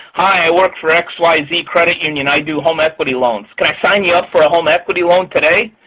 hi, i work for like xyz credit union. i do home equity loans. can i sign you up for a home equity loan today?